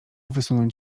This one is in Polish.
wysunąć